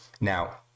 now